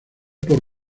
por